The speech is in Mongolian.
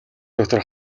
дотор